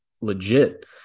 legit